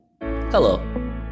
Hello